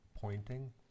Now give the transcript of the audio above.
pointing